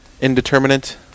indeterminate